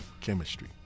Chemistry